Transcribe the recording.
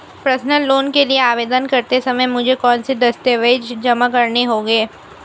Personal loan के लिए आवेदन करते समय मुझे कौन से दस्तावेज़ जमा करने होंगे?